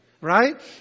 right